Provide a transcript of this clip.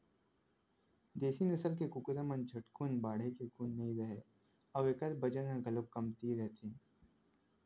देशी नसल के कुकरा म झटकुन बाढ़े के गुन नइ रहय अउ एखर बजन ह घलोक कमती रहिथे